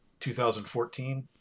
2014